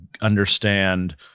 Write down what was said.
understand